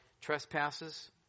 trespasses